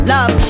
Love